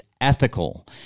ethical